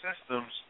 systems